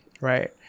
right